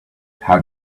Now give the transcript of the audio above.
how